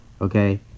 okay